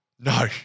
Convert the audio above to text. no